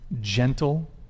gentle